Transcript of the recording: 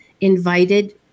invited